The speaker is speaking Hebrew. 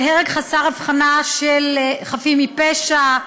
בהרג חסר הבחנה של חפים מפשע,